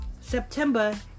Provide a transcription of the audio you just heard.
September